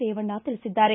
ರೇವಣ್ಣ ತಿಳಿಸಿದ್ದಾರೆ